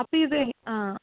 അപ്പിതേ ആ